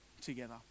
together